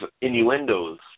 innuendos